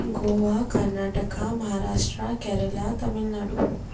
Goa Karnataka Maharashtra Kerala Tamil Nadu